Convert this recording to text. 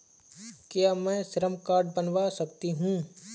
क्या मैं श्रम कार्ड बनवा सकती हूँ?